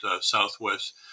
Southwest